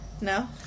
No